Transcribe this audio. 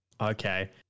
Okay